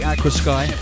AquaSky